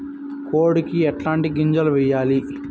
కోడికి ఎట్లాంటి గింజలు వేయాలి?